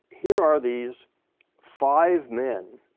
here are these five men,